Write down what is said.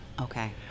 Okay